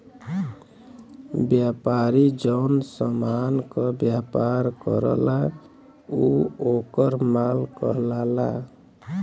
व्यापारी जौन समान क व्यापार करला उ वोकर माल कहलाला